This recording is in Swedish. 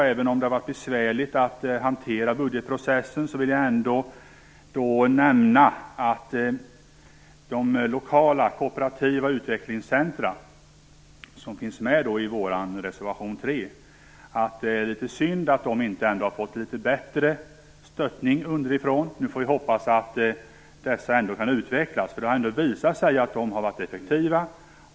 Även om det har varit besvärligt att hantera budgetprocessen, vill jag nämna de lokala kooperativa utvecklingscentrumen i vår reservation 3. Jag tycker att det är synd att den inte har fått ett starkare stöd. Nu får vi hoppas att dessa kooperativa utvecklingscentrum ändå kan utvecklas, för de har visat sig vara effektiva.